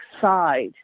side